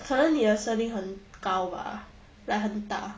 可能你的声音很高吧 like 很大